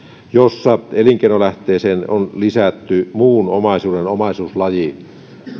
jossa elinkeinolähteeseen on lisätty muun omaisuuden omaisuuslaji